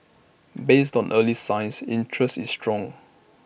based on early signs interest is strong